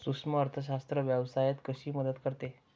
सूक्ष्म अर्थशास्त्र व्यवसायात कशी मदत करते?